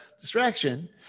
distraction